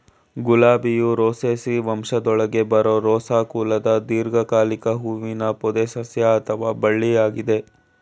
ಗುಲಾಬಿಯು Rosaceae ವಂಶದೊಳಗೆ ಬರೋ Rosa ಕುಲದ ದೀರ್ಘಕಾಲಿಕ ಹೂವಿನ ಪೊದೆಸಸ್ಯ ಅಥವಾ ಬಳ್ಳಿಯಾಗಯ್ತೆ